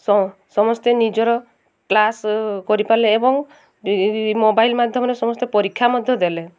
ସମସ୍ତେ ନିଜର କ୍ଲାସ୍ କରିପାରିଲେ ଏବଂ ମୋବାଇଲ୍ ମାଧ୍ୟମରେ ସମସ୍ତେ ପରୀକ୍ଷା ମଧ୍ୟ ଦେଲେ